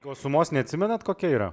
o sumos neatsimenat kokia yra